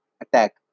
attack